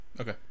Okay